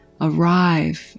arrive